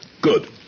good